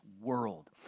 world